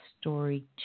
story